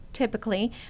Typically